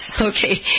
okay